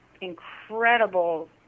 incredible